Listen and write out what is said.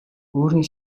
өөрийн